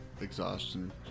exhaustion